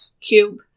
cube